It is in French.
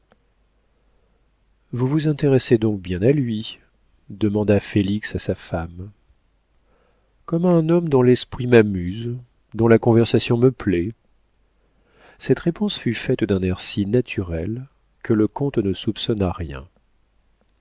vous vous intéressez donc bien à lui demanda félix à sa femme comme à un homme dont l'esprit m'amuse dont la conversation me plaît cette réponse fut faite d'un air si naturel que le comte ne soupçonna rien